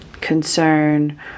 concern